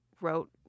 wrote